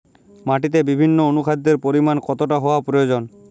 মাটিতে বিভিন্ন অনুখাদ্যের পরিমাণ কতটা হওয়া প্রয়োজন?